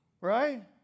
right